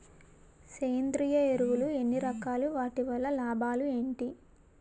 సేంద్రీయ ఎరువులు ఎన్ని రకాలు? వాటి వల్ల లాభాలు ఏంటి?